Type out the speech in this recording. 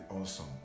awesome